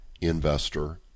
investor